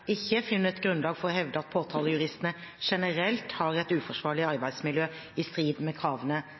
ikke funnet grunnlag for å hevde at påtalejuristene generelt har et uforsvarlig arbeidsmiljø i strid med kravene